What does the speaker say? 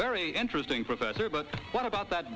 very interesting professor but what about that